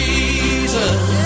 Jesus